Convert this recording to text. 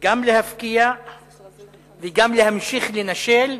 גם להפקיע וגם להמשיך לנשל,